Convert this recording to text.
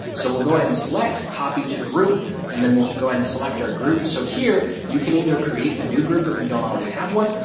so we'll go ahead and select copy to group and then we'll go ahead and select our group, so here you can either create a new group if you don't already have one,